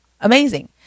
amazing